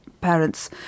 parents